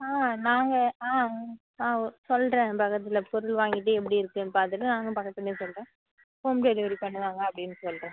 ஆ நாங்கள் ஆ ஆ ஓ சொல்கிறேன் பக்கத்தில் பொருள் வாங்கிட்டு எப்படி இருக்குன்னு பார்த்துட்டு நானும் பக்கத்திலே சொல்கிறேன் ஹோம் டெலிவரி பண்ணுவாங்கள் அப்படின் சொல்கிறேன்